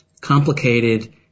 complicated